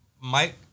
Mike